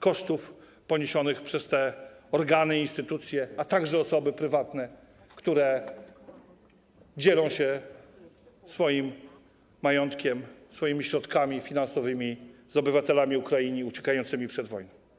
kosztów poniesionych przez te organy, instytucje, a także osoby prywatne, które dzielą się swoim majątkiem, swoimi środkami finansowymi z obywatelami Ukrainy uciekającymi przed wojną.